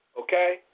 Okay